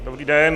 Dobrý den.